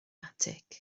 attic